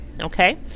Okay